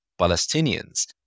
Palestinians